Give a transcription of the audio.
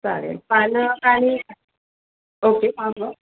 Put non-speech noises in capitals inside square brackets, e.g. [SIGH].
चालेल पालक आणि ओके [UNINTELLIGIBLE]